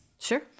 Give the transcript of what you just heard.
Sure